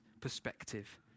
perspective